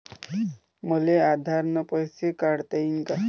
मले आधार न पैसे काढता येईन का?